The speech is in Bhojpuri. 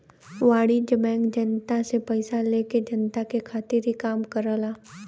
वाणिज्यिक बैंक जनता से पइसा लेके जनता के खातिर ही काम करला